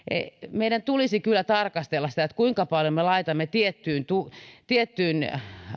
meidän tulisi kyllä tarkastella sitä kuinka paljon me laitamme tiettyyn tiettyyn